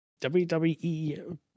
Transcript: wwe